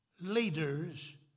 leaders